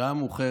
השעה מאוחרת,